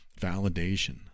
validation